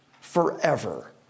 forever